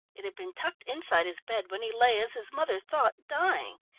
it had been tucked inside his bed when he lay, as his mother thought, dying.